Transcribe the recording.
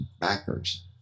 backers